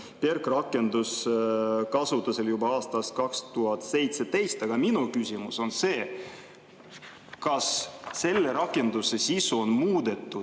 PERK võeti kasutusele juba aastal 2017. Aga minu küsimus on see. Kas selle rakenduse sisu on muudetud